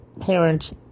parents